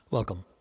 Welcome